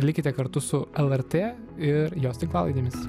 likite kartu su lrt ir jos tinklalaidėmis